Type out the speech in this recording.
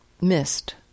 missed